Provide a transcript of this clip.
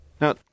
Now